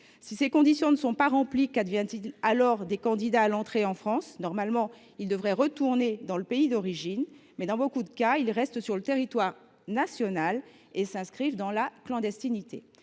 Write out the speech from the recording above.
Si ces conditions ne sont pas remplies, qu’advient il alors des candidats à l’entrée ? Normalement, ils doivent retourner dans leur pays d’origine, mais, dans beaucoup de cas, ils restent sur le territoire national et s’inscrivent dans la clandestinité.